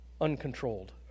uncontrolled